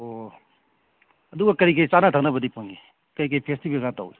ꯑꯣ ꯑꯗꯨꯒ ꯀꯔꯤ ꯀꯔꯤ ꯆꯥꯅ ꯊꯛꯅꯕꯗꯤ ꯐꯪꯏ ꯀꯔꯤ ꯀꯔꯤ ꯐꯦꯁꯇꯤꯚꯦꯜꯒ ꯇꯧꯏ